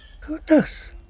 goodness